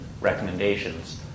recommendations